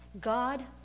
God